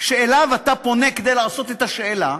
שאליה אתה פונה כדי לעשות את השאלה,